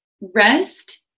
Rest